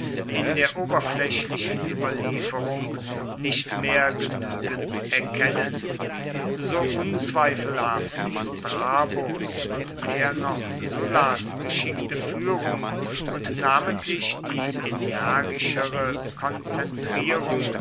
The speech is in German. in der oberflächlichen überlieferung nicht mehr genügend erkennen so unzweifelhaft strabos und mehr noch sullas geschickte führung und namentlich die energischere konzentrierung